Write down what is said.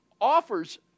offers